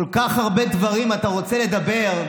כל כך הרבה דברים אתה רוצה לומר,